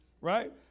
Right